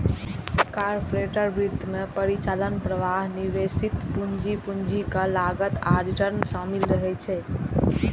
corporate वित्त मे परिचालन प्रवाह, निवेशित पूंजी, पूंजीक लागत आ रिटर्न शामिल रहै छै